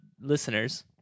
listeners